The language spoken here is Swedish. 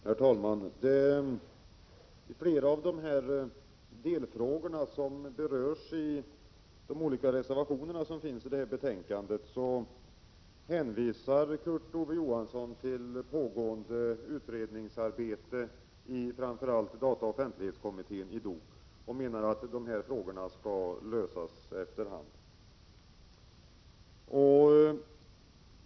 Herr talman! I flera av de delfrågor som berörs i de olika reservationerna i detta betänkande hänvisar Kurt Ove Johansson till pågående utredningsarbete i framför allt dataoch offentlighetskommittén, DOK, och menar att de får lösas efter hand.